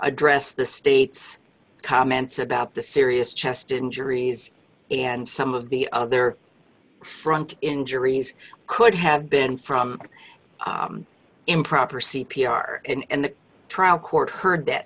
address the state's comments about the serious chest injuries and some of the other front injuries could have been from improper c p r and the trial court heard that